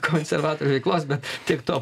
konservatorių veiklos bet tiek to